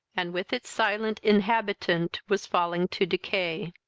and with its silent inhabitant was falling to decay.